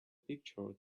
picture